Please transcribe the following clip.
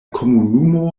komunumo